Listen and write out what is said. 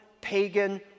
pagan